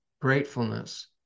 gratefulness